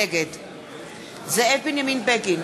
נגד זאב בנימין בגין,